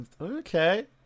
Okay